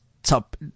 Top